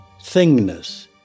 thingness